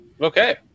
Okay